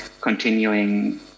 continuing